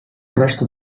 resto